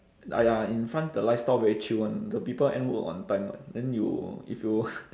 !aiya! in france the lifestyle very chill [one] the people end work on time [one] then you if you